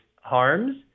harms